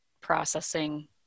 processing